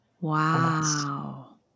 wow